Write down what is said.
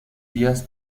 días